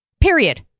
Period